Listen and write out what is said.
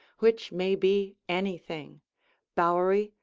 which may be anything bowery,